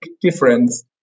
difference